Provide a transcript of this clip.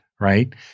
Right